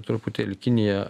truputėlį kinija